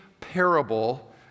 parable